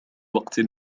وقت